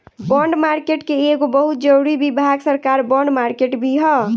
bond market के एगो बहुत जरूरी विभाग सरकार बॉन्ड मार्केट भी ह